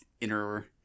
inner